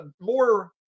more